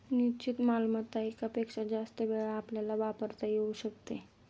निश्चित मालमत्ता एकापेक्षा जास्त वेळा आपल्याला वापरता येऊ शकते